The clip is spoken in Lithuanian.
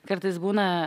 kartais būna